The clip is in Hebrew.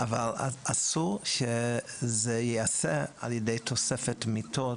אבל אסור שזה ייעשה על ידי תוספת מיטות,